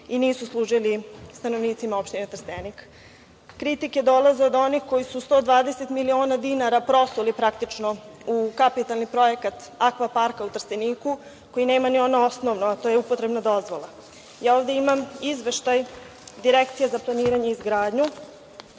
i nisu služili stanovnicima opštine Trstenik. Kritike dolaze od onih koji su 120 miliona dinara prosuli praktično u kapitalni projekat akva parka u Trsteniku koji nema ni ono osnovno, a to je upotrebna dozvola. Ovde imam izveštaj Direkcije za planiranje i izgradnju